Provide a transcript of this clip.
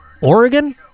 Oregon